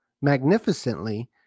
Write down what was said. magnificently